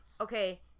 Okay